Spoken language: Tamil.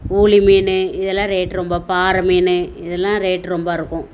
ஊளி மீன் இதெல்லாம் ரேட் ரொம்ப பாறை மீன் இதெல்லாம் ரேட் ரொம்ப இருக்கும்